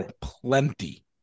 plenty